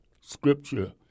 scripture